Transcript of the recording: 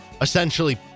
essentially